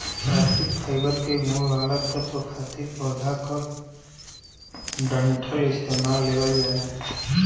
प्राकृतिक फाइबर के गुण वाला तत्व खातिर पौधा क डंठल इस्तेमाल लेवल जाला